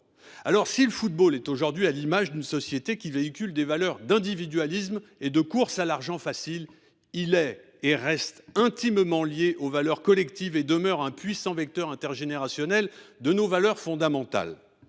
» Si le football est aujourd’hui à l’image d’une société qui véhicule des valeurs d’individualisme et de course à l’argent facile, il reste intimement lié aux valeurs collectives et demeure un puissant vecteur intergénérationnel de nos valeurs fondamentales.